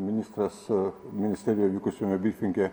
ministras ministerijoj vykusiame brifinge